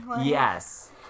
Yes